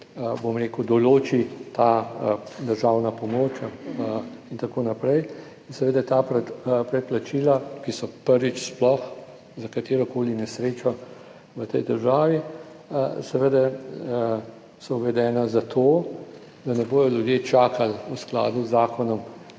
bom rekel, določi ta državna pomoč in tako naprej in seveda ta preplačila, ki so prvič sploh za katerokoli nesrečo v tej državi, seveda so uvedena zato, da ne bodo ljudje čakali v skladu z zakonom,